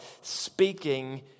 speaking